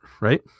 right